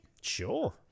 Sure